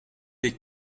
les